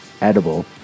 edible